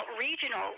regional